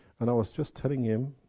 and i was just telling him,